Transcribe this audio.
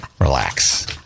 Relax